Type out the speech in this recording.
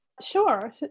Sure